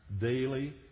daily